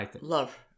love